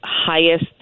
highest